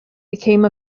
became